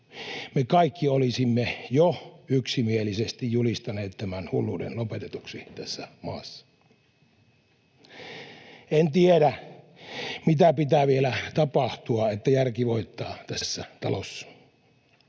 me kaikki olisimme jo yksimielisesti julistaneet tämän hulluuden lopetetuksi tässä maassa. En tiedä, mitä pitää vielä tapahtua, että järki voittaa tässä talossa.